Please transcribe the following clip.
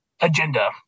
agenda